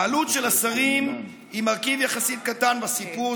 העלות של השרים היא מרכיב יחסית קטן בסיפור,